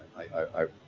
i,